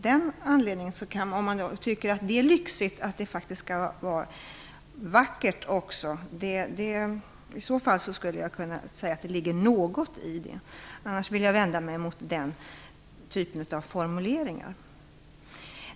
Det kan ligga något i det om man tycker att lyxigt är detsamma som att det också skall vara vackert. Annars vill jag vända mig mot den typen av formuleringar.